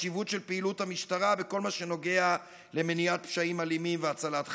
בחשיבות של פעילות המשטרה בכל מה שנוגע למניעת פשעים אלימים והצלת חיים,